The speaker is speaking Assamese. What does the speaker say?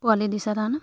পোৱালি দিছে তাৰমানে